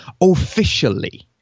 officially